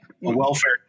welfare